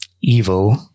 evil